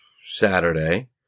Saturday